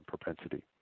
propensity